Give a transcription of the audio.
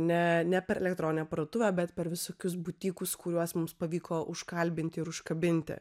ne ne per elektroninę parduotuvę bet per visokius butikus kuriuos mums pavyko užkalbinti ir užkabinti